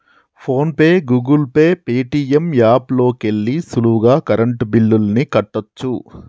phone pay, Google Pay, Paytm app లోకెల్లి సులువుగా current బిల్లుల్ని కట్టచ్చు